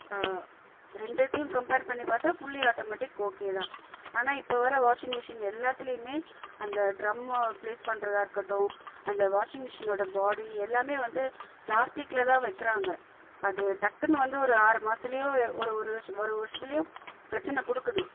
ரெண்டித்திலையும் compare பண்ணி பார்த்தா fully automatic ஓகேதான் ஆனால் இப்போது வரை வாஷிங் மிஷின் எல்லாத்திலையுமே அந்த ட்ரம்மை ப்ளேஸ் பண்ணுறதா இருக்கட்டும் அந்த வாஷிங் மிஷினோட பாடி எல்லாமே வந்து பிளாஸ்டிக்ல தான் வைக்கிறாங்க அது டக்குன்னு வந்து ஒரு ஆறு மாசத்துலையும் ஒரு ஒரு வருடத் ஒரு வருடத்திலியோ பிரச்சனை கொடுக்குது